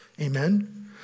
Amen